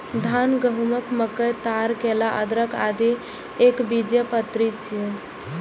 धान, गहूम, मकई, ताड़, केला, अदरक, आदि एकबीजपत्री छियै